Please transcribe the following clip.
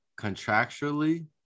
contractually